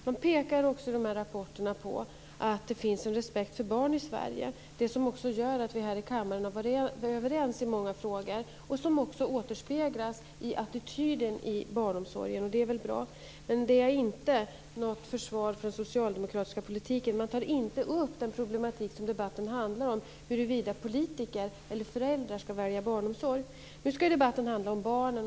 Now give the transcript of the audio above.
Man pekar också i rapporterna på att det finns en respekt för barn i Sverige, som gör att vi här i kammaren har varit överens i många frågor och som även återspeglas i attityden i barnomsorgen. Och det är väl bra. Men det är inte något försvar för den socialdemokratiska politiken. Man tar inte upp den problematik som debatten handlar om, nämligen huruvida politiker eller föräldrar ska välja barnomsorg. Nu ska ju debatten handla om barnen.